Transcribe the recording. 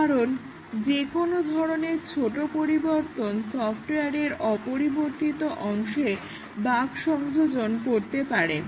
কারণ যে কোনো ধরনের ছোট পরিবর্তন সফটওয়্যারের অপরিবর্তিত অংশে বাগ্ সংযোজন করতে পারে